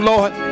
Lord